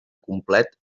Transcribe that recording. complet